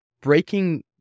breaking